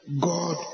God